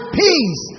peace